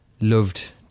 loved